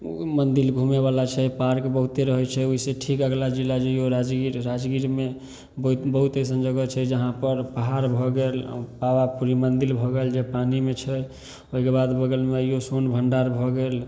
ओ मन्दिर घुमैवला छै पार्क बहुते रहै छै ओहिसे ठीक अगिला जिला जइऔ राजगीर राजगीरमे बहुत बहुत अइसन जगह छै जहाँपर पहाड़ भऽ गेल पावापुरी मन्दिर भऽ गेल जे पानीमे छै ओहिके बाद बगलमे अइऔ सोन भण्डार भऽ गेल